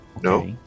No